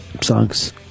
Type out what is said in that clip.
songs